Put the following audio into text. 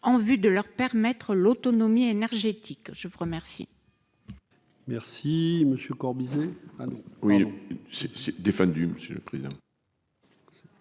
en vue de leur permettre l'autonomie énergétique, je vous remercie.